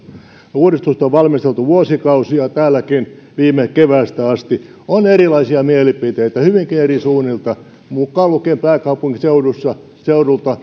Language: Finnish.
uudistusta on valmisteltu vuosikausia täälläkin viime keväästä asti on erilaisia mielipiteitä hyvinkin eri suunnilta mukaan lukien pääkaupunkiseudulta